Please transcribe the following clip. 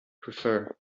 prefer